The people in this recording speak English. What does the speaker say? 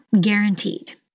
guaranteed